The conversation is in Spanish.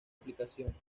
aplicación